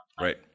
Right